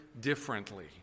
differently